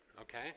Okay